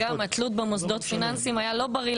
התלות במוסדות פיננסיים לא הייתה בריאה